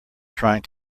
trying